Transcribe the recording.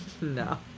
no